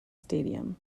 stadium